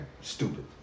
stupid